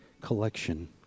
collection